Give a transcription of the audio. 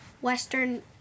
western